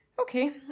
Okay